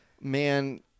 man